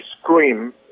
scream